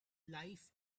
life